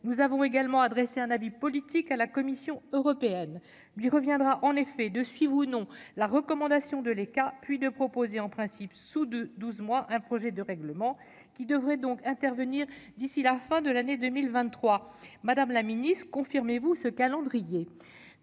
nous avons également adressé un avis politique, à la Commission européenne du reviendra en effet, de suivre ou non la recommandation de les cas puis de proposer en principe sous de 12 mois un projet de règlement qui devrait donc intervenir d'ici la fin de l'année 2023 madame la Ministre, confirmez-vous ce calendrier,